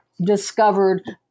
discovered